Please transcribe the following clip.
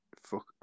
Fuck